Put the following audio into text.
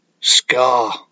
scar